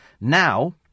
Now